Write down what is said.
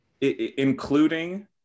including